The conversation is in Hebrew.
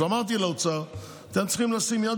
אז אמרתי לאוצר: אתם צריכים לשים יד